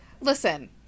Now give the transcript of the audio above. Listen